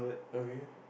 okay